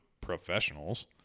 professionals